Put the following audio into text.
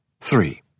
Three